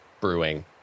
brewing